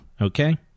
Okay